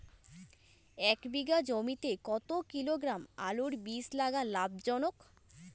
এক বিঘা জমিতে কতো কিলোগ্রাম আলুর বীজ লাগা লাভজনক?